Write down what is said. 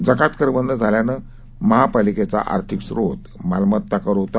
जकातकरबंदझाल्यानंतरमहापालिकेचाआर्थिकस्रोतमालमत्ताकरहोता